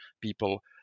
people